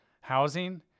housing